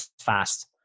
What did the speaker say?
fast